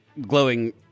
Glowing